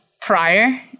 prior